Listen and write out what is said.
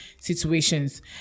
situations